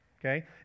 okay